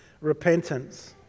repentance